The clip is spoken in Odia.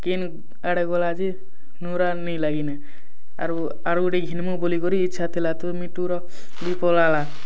କିନ୍ ଆଡ଼େ ଗଲା ଯେ ନୁରା ନାଇ ଲାଗେ ନା ଆରୁ ଆରୁ ଗୋଟେ ଘିନ୍ବୋ ବୋଲି ଇଚ୍ଛା ଥିଲା ତ ମିଟୁର ବି ପଳାଲା